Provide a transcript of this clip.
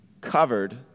covered